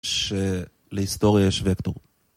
שלהיסטוריה יש וקטור.